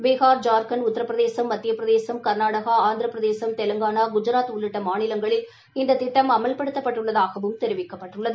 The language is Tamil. பீகார் ஜார்க்கண்ட் உத்திரபிரதேசம் மத்திய பிரதேசம் கள்நாடகா ஆந்திரபிரதேஷ் தெலங்கானா குஜராத் உள்ளிட்ட மாநிலங்களில் இந்த திட்டம் அமல்படுத்தப்பட்டுள்ளதாகவும் தெரிவிக்கப்பட்டுள்ளது